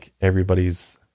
everybody's